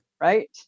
Right